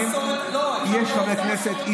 יש חברי כנסת,